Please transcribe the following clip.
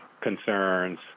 concerns